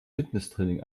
fitnesstraining